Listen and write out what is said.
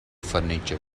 furniture